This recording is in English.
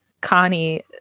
Connie